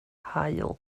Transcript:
haul